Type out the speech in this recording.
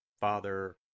Father